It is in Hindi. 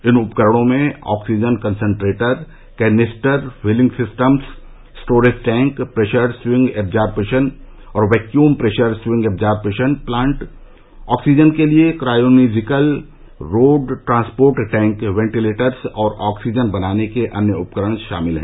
इन उपकरणों में oxygen concentrator canister filling systems storage tank pressure swing absorption और vacuum pressure swing absorption plant oxygen के लिए cryogenic road transport tank ventilators और ऑक्सीजन बनाने के अन्य उपकरण शामिल हैं